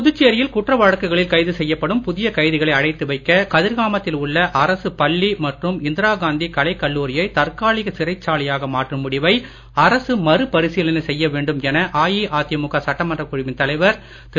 புதுச்சேரியில் குற்ற வழக்குகளில் கைது செய்யப்படும் புதிய கைதிகளை அடைத்து வைக்க கதிர்காமத்தில் உள்ள அரசு பள்ளி மற்றும் இந்திரா காந்தி கலைக் கல்லூரியை தற்காலிக சிறைச் சாலையாக மாற்றும் முடிவை அரசு மறு பரிசீலனை செய்ய வேண்டும் என அஇஅதிமுக சட்டமன்றக் குழுவின் தலைவர் திரு